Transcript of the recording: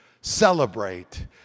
Celebrate